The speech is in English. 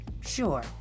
sure